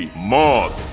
mom